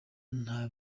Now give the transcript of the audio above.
nta